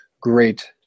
great